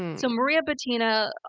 so, maria butina,